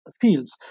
fields